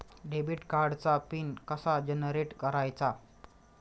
Debit कार्डचा PIN कसा generate करायचा?